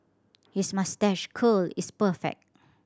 his moustache curl is perfect